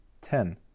ten